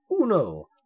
uno